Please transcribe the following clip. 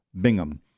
Bingham